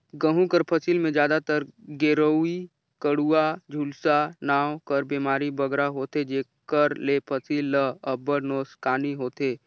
गहूँ कर फसिल में जादातर गेरूई, कंडुवा, झुलसा नांव कर बेमारी बगरा होथे जेकर ले फसिल ल अब्बड़ नोसकानी होथे